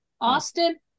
Austin